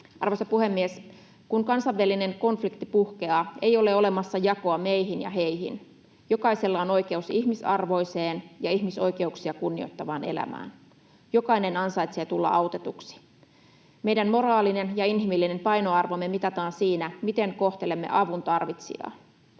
Arvoisa puhemies! Kun kansainvälinen konflikti puhkeaa, ei ole olemassa jakoa meihin ja heihin. Jokaisella on oikeus ihmisarvoiseen ja ihmisoikeuksia kunnioittavaan elämään. Jokainen ansaitsee tulla autetuksi. Meidän moraalinen ja inhimillinen painoarvomme mitataan siinä, miten kohtelemme avuntarvitsijaa.